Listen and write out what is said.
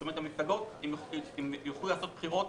זאת אומרת: המפלגות יוכלו להשתתף בבחירות